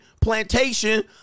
plantation